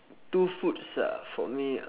two foods ah for me